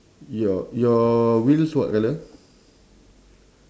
your your wheels what colour